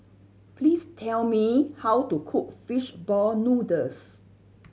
please tell me how to cook fish ball noodles